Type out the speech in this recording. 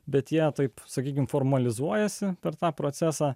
bet ją taip sakykime formalizuojasi per tą procesą